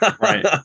Right